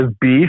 beef